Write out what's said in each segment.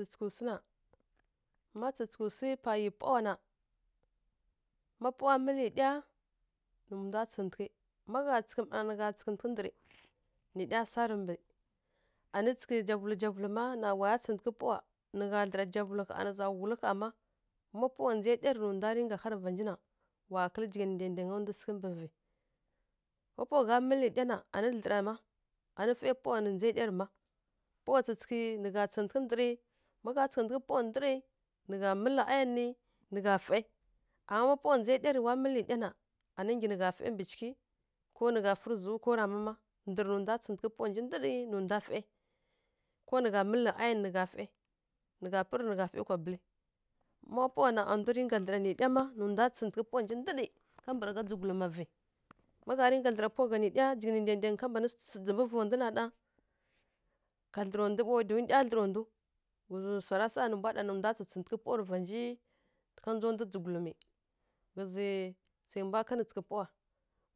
Tǝ tsǝghǝghǝw swu na, ma tsǝghǝghǝw swu pa ˈyi pawa na, ma pawa mǝlǝ ɗya, nǝ ndwa tsǝghǝghǝ ma gha tsǝghǝghǝ mma na nǝ ndwa tsǝghǝghǝ ndǝrǝ nǝɗya sarǝ mbǝ anǝ tsǝghǝghǝ javulǝ javulǝ ma na wa ya tsǝghǝghǝ pawa nǝ za hwudli ha má, ma pawa ndza dya ma pawa ndza dya rǝ nǝ ndwa rǝnka há rǝ vanji na wa kǝlǝ jighǝni ndaindyanga ndwi sǝghǝ mbǝ vǝ. Má pawa gha mǝlǝ dya na anǝ dlǝra ma anǝ fai pawa na ndza ɗya rǝ ma. Pawa tsǝghǝghǝ nǝ gha tsǝghǝghǝ ndǝrǝ ma gha tsǝghǝghǝ pawa ndǝrǝ nǝ gha mǝlǝ ayon rǝ, nǝ gha fai ama ma pawa ndza ɗya rǝ wa mǝlǝ ɗya na anɨ nggyi nǝ gha fai mbǝ cighǝ ko nǝ gha fǝrǝ zǝw ko rama ma, ndǝrǝ nǝ ndwa tsǝghǝghǝ pawa nji ndǝrǝ nǝ ndwa fai ko nǝ gha mǝlǝ ayon rǝ nǝ gha fai ko nǝ gha fai kwa ɓǝlǝ. Má pawa na a ndwi dinga dlǝra nǝ ɗya ma nǝ ndwa tsǝghǝghǝ pawa nji ndǝɗǝ kambǝragha dzǝghuluma vǝ. Má rinka dlǝra pawa gha nǝ ɗya jighǝni ndaindaingǝ ka mban sǝghǝ dzǝmbǝ vondwi na ɗa, ka dlǝra ndu ɓaw don ɗya dlǝw ndu ghǝzǝ swara sa nǝ mbwa ɗana nǝ ndwa tsǝghǝghǝ tsǝghǝghǝ pawa rǝ va nji. Ká ndza ndwi dzǝghulumi, ghǝzǝ swai mbwa kanǝ tsǝghǝghǝ pawa.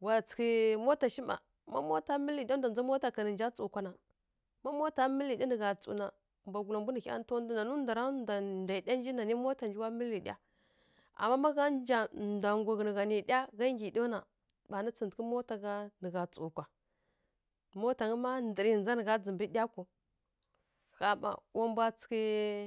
Wa tsǝghǝghǝ mota shi mma, má mota mǝlǝ ɗya ndwa ndza mota kǝn nǝ nja tsǝw kwa na, ma mota mǝlǝ ɗya nǝ gha tsǝw kwa na, nǝ mbwa ntǝ nto ndwi, nǝw mota nji wa mǝlǝ ɗya nanǝ ndwara wa mota nja mǝlǝ ɗya, ama magha nja ndwa nggu ghǝnǝ gha nǝ ɗya na, gha nggyi ɗyaw na ɓa na tsǝghǝghǝ mota gha nǝ gha tsǝw kwa. Motangǝ ma ndǝrǝ ndza nǝ gha ndzǝmbǝ ɗya kwaw, ƙha mma wa mbwa tsǝghǝghǝ.